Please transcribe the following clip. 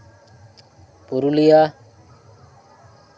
Purulia